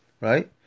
right